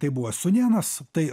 tai buvo sūnėnas tai